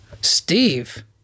Steve